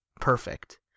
perfect